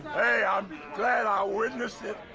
hey i'm glad i witnessed it